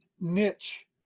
niche